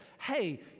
hey